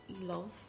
love